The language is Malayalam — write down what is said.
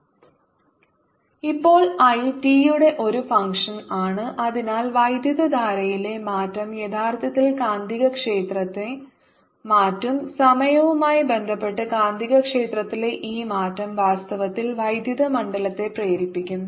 B0nI z ഇപ്പോൾ I t യുടെ ഒരു ഫങ്ക്ഷന് ആണ് അതിനാൽ വൈദ്യുതധാരയിലെ മാറ്റം യഥാർത്ഥത്തിൽ കാന്തികക്ഷേത്രത്തെ മാറ്റും സമയവുമായി ബന്ധപ്പെട്ട് കാന്തികക്ഷേത്രത്തിലെ ഈ മാറ്റം വാസ്തവത്തിൽ വൈദ്യുത മണ്ഡലത്തെ പ്രേരിപ്പിക്കും